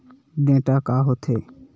Data का होथे?